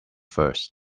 first